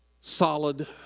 solid